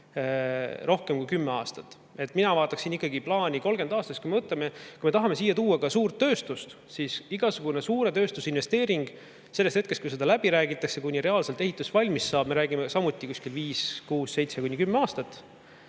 rohkem kui kümneks aastaks. Mina vaataksin ikkagi plaani 30 aastaks. Kui me tahame siia tuua ka suurt tööstust, siis igasugune suure tööstuse investeering sellest hetkest, kui seda läbi räägitakse, kuni reaalselt ehitus valmis saab, võtab samuti umbes viis-kuus-seitse aastat,